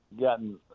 gotten